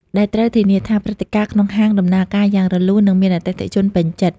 ដែលត្រូវធានាថាព្រឹត្តិការណ៍ក្នុងហាងដំណើរការយ៉ាងរលូន និងមានអតិថិជនពេញចិត្ត។